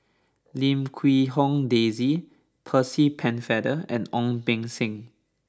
Lim Quee Hong Daisy Percy Pennefather and Ong Beng Seng